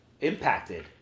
impacted